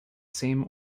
same